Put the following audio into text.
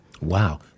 Wow